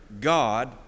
God